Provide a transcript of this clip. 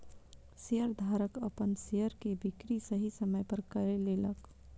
शेयरधारक अपन शेयर के बिक्री सही समय पर कय लेलक